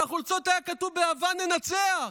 על החולצות היה כתוב "באהבה ננצח",